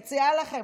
אני מציעה לכם,